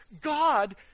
God